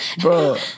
bro